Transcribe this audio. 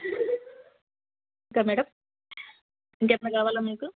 ఇంకా మేడమ్ ఇంకా ఏమన్నా కావాలా మీకు